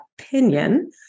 opinion